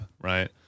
right